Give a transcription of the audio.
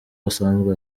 asanzwe